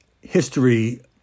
history